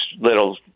little